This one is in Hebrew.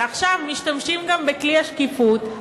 ועכשיו משתמשים גם בכלי השקיפות.